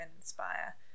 inspire